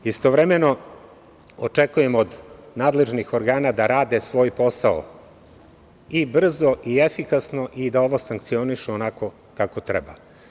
Istovremeno, očekujem od nadležnih organa da rade svoj posao i brzo i efikasno i da ovo sankcionišu onako kako treba.